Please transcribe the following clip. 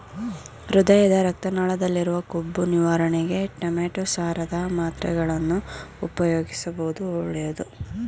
ಹೃದಯದ ರಕ್ತ ನಾಳದಲ್ಲಿರುವ ಕೊಬ್ಬು ನಿವಾರಣೆಗೆ ಟೊಮೆಟೋ ಸಾರದ ಮಾತ್ರೆಗಳನ್ನು ಉಪಯೋಗಿಸುವುದು ಒಳ್ಳೆದು